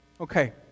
Okay